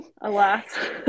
Alas